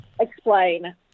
explain